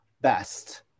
best